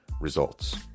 results